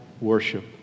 worship